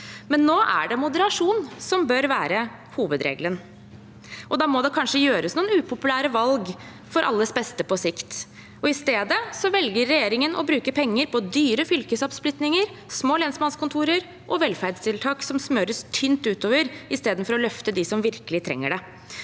Men nå er det moderasjon som bør være hovedregelen, og da må det kanskje gjøres noen upopulære valg for alles beste på sikt. I stedet velger regjeringen å bruke penger på dyre fylkesoppsplittinger, små lensmannskontorer og velferdstiltak som smøres tynt utover, istedenfor å løfte dem som virkelig trenger det.